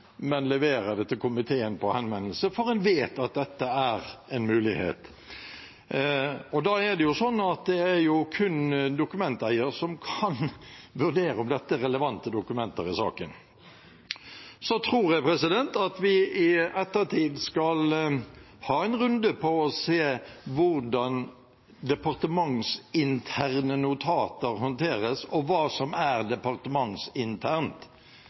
men leverer dem til komiteen på henvendelse, fordi en vet at dette er en mulighet. Det er kun dokumenteieren som kan vurdere om dette er relevante dokumenter i saken. Så tror jeg at vi i ettertid skal ha en runde for å se på hvordan departementsinterne notater håndteres, og hva som er departementsinternt.